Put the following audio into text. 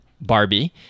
Barbie